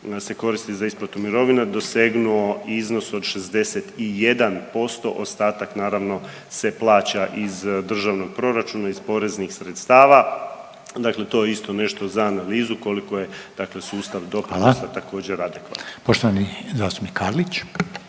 se koristi za isplatu mirovina dosegnuo iznos od 61%, ostatak naravno se plaća iz državnog proračuna iz poreznih sredstava, dakle to je isto nešto za analizu koliko je dakle sustav doprinosa također adekvatan. **Reiner,